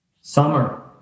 Summer